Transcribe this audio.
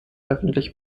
öffentlich